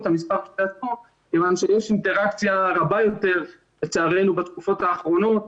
כיוון שיש אינטראקציה רבה יותר לצערנו בתקופות האחרונות,